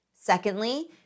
Secondly